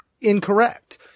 incorrect